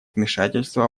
вмешательство